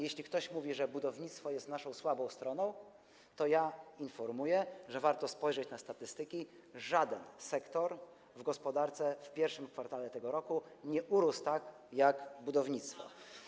Jeśli ktoś mówi, że budownictwo jest naszą słabą stroną, to ja informuję, że warto spojrzeć na statystyki: żaden sektor w gospodarce w I kwartale tego roku nie urósł tak, jak budownictwo.